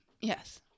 Yes